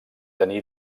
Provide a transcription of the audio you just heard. tenir